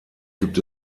gibt